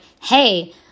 hey